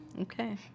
Okay